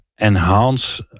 enhance